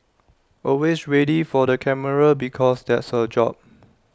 always ready for the camera because that's her job